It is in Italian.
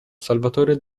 salvatore